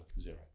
zero